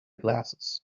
glasses